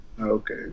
Okay